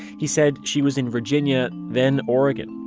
he said she was in virginia, then oregon.